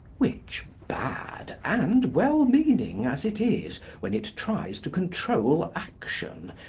which, bad and well-meaning as it is when it tries to control action,